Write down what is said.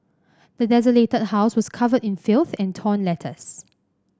the desolated house was covered in filth and torn letters